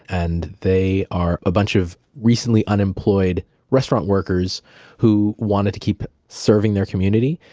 and they are a bunch of recently unemployed restaurant workers who wanted to keep serving their community.